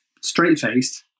straight-faced